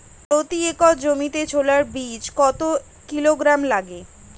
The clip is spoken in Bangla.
প্রতি একর জমিতে ছোলা বীজ কত কিলোগ্রাম লাগে?